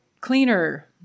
cleaner